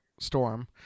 storm